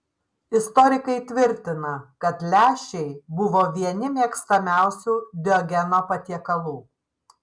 istorikai tvirtina kad lęšiai buvo vieni mėgstamiausių diogeno patiekalų